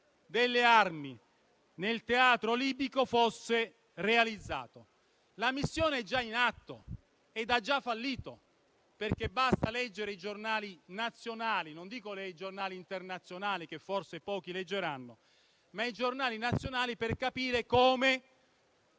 delle armi nel teatro libico fosse realizzato. La missione è già in atto e ha già fallito, perché basta leggere i giornali nazionali - non dico i giornali internazionali, che forse pochi leggeranno - per rilevare casi